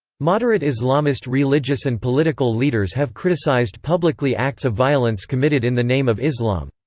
moderate islamist religious and political leaders have criticized publicly acts of violence committed in the name of islam.